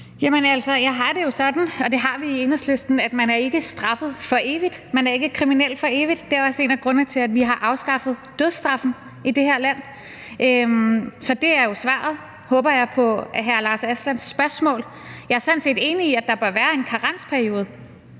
jeg har det jo sådan, og det har vi i Enhedslisten, at man ikke er straffet for evigt, at man ikke er kriminel for evigt. Det er også en af grundene til, at vi har afskaffet dødsstraffen i det her land. Så det er jo svaret, håber jeg, på hr. Lars Aslan Rasmussens spørgsmål. Jeg er sådan set enig i, at der bør være en karensperiode,